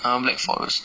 um black forest